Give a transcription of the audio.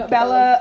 Bella